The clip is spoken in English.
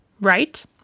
right